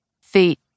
Feet